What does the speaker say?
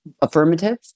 affirmative